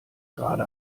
gerade